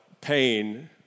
pain